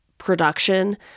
production